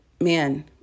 man